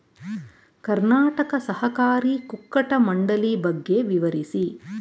ಕರ್ನಾಟಕ ಸಹಕಾರಿ ಕುಕ್ಕಟ ಮಂಡಳಿ ಬಗ್ಗೆ ವಿವರಿಸಿ?